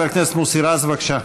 חבר הכנסת מוסי רז, בבקשה.